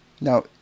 Now